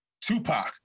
Tupac